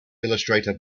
illustrator